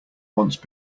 once